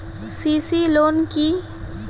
CC loan কি?